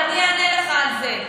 אני אענה לך על זה.